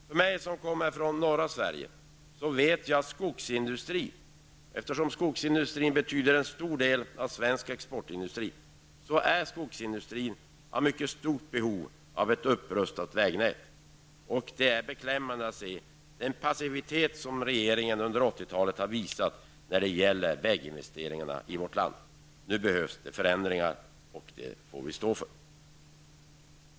Eftersom jag kommer från norra Sverige, vet jag att skogsindustrin är i mycket stort behov av ett upprustat vägnät -- skogsindustrin utgör ju en stor del av svensk exportindustri. Den passivitet som regeringen under 80-talet har visat när det gäller väginvesteringarna i vårt land är beklämmande att se. Det behövs nu förändringar, och det står vi för.